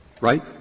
Right